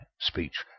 speech